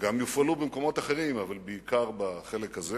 שגם יופעלו במקומות אחרים, אבל בעיקר בחלק הזה